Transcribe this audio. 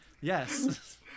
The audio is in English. Yes